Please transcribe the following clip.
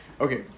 Okay